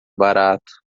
barato